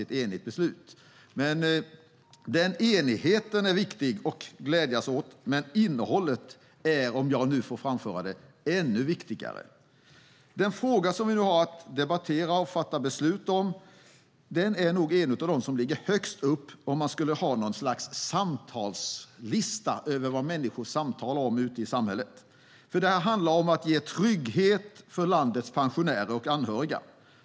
Enigheten är viktig att glädjas åt, men innehållet är - om jag nu får framföra det - ännu viktigare. Den fråga vi nu har att debattera och fatta beslut om är nog en av dem som ligger högst upp om man skulle ha något slags lista över vad människor samtalar om ute i samhället. Det handlar nämligen om att ge trygghet åt landets pensionärer och deras anhöriga.